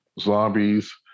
zombies